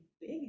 big